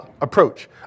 approach